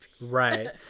right